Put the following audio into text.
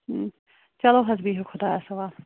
چلو حظ بِہِو خۄدایس حوال